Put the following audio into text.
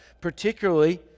Particularly